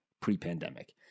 pre-pandemic